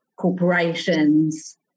corporations